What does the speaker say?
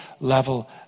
level